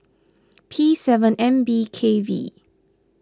P seven N B K V